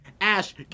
Ash